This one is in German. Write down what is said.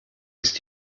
ist